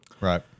right